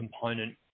component